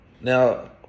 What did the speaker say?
Now